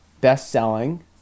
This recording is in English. best-selling